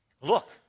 look